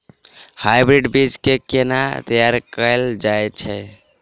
Hybrid बीज केँ केना तैयार कैल जाय छै?